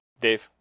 Dave